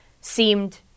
seemed